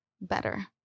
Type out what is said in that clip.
better